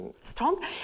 strong